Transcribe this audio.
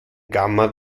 gamma